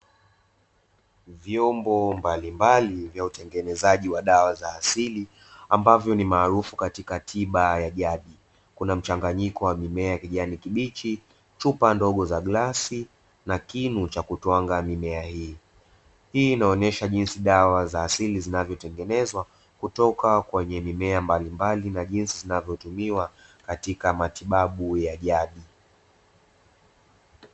Vyombo mbalimbali vya utengenezaji wa dawa za asili ambavyo ni maarufu katika tiba ya jadi, kuna mchanganyiko wa mimea ya kijani kibichi, chupa ndogo za glasi na kinu cha kutwanga mimea hii. Hii inaonyesha jinsi dawa za asili zinavyotengenezwa kutoka kwenye mimea mbalimbali, na jinsi zinazotumiwa katika matibabu ya jadi.